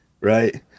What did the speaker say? right